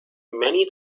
many